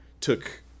took